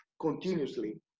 continuously